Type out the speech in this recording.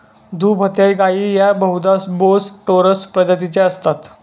दुभत्या गायी या बहुधा बोस टोरस प्रजातीच्या असतात